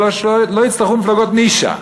שלא יצטרכו מפלגות נישה.